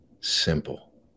simple